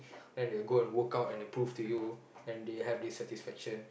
then they go and workout then they prove to you then they have this satisfaction